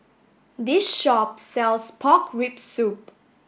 this shop sells pork rib soup